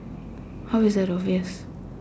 how is that obvious